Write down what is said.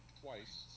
twice